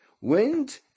wind